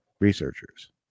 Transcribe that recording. researchers